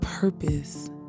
Purpose